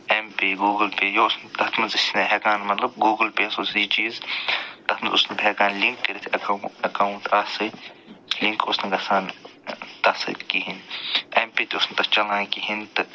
M پے Google پے یہِ اوس اتھ منٛز أسۍ نہٕ ہٮ۪کان مطلب گوٗگُل پیس اوس یہِ چیٖز تتھ منٛز اوس نہٕ بہٕ ہٮ۪کان لِنٛک کٔرِتھ اٮ۪کا اٮ۪کاوُنٛٹ اتھ سۭتۍ لِنٛک اوس نہٕ گَژھان تتھ سۭتۍ کِہیٖنۍ اٮ۪م پے تہٕ اوس نہٕ تتھ چَلان کِہیٖنۍ تہٕ